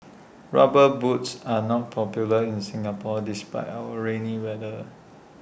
rubber boots are not popular in Singapore despite our rainy weather